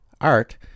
art